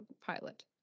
pilot